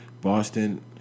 Boston